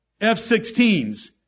F-16s